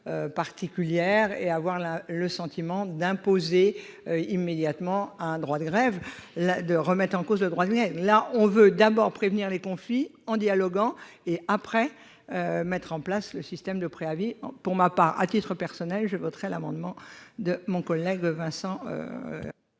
particulière et à avoir la le sentiment d'imposer immédiatement un droit de grève, la de remettre en cause le droit de venir là, on veut d'abord prévenir les conflits en dialoguant et après mettre en place le système de préavis pour ma part, à titre personnel, je voterai l'amendement de mon collègue Vincent.